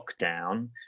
lockdown